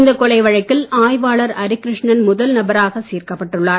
இந்த கொலை வழக்கில் ஆய்வாளர் அரிகிருஷ்ணன் முதல் நபராக சேர்க்கப்பட்டுள்ளார்